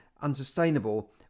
unsustainable